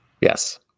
Yes